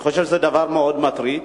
אני חושב שזה דבר מאוד מטריד,